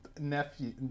nephew